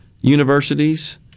universities